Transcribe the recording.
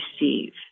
receive